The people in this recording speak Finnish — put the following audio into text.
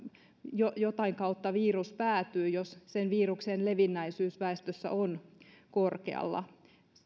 jotain kautta virus päätyy jos sen viruksen levinneisyys väestössä on korkealla